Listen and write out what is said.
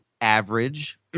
average